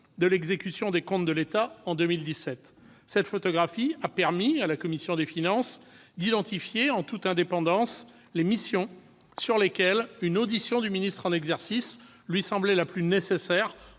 de l'exécution des comptes de l'État en 2017. Cette photographie a permis à la commission des finances d'identifier, en toute indépendance, les missions sur lesquelles une audition du ministre en exercice lui semblait la plus nécessaire,